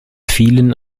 fielen